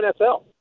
NFL